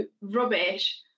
rubbish